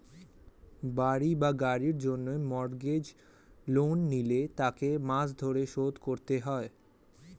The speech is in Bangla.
বাড়ি বা গাড়ির জন্য মর্গেজ লোন নিলে তাকে মাস ধরে শোধ করতে হয়